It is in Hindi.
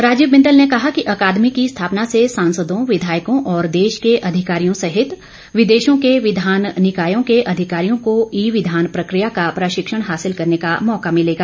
राजीव बिंदल ने कहा कि अकादमी की स्थापना से सांसदों विधायकों और देश के अधिकारियों सहित विदेशों के विधान निकायों के अधिकारियों को ई विधान प्रकिया का प्रशिक्षण हासिल करने का मौका मिलेगा